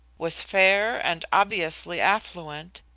was fair and obviously affluent,